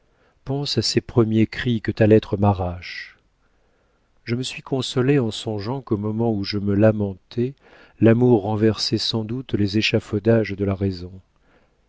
pense à ces premiers cris que ta lettre m'arrache je me suis consolée en songeant qu'au moment où je me lamentais l'amour renversait sans doute les échafaudages de la raison